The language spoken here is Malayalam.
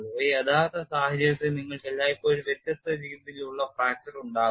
ഒരു യഥാർത്ഥ സാഹചര്യത്തിൽ നിങ്ങൾക്ക് എല്ലായ്പ്പോഴും വ്യത്യസ്ത രീതിയിലുള്ള ഫ്രാക്ചർ ഉണ്ടാകും